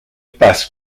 passe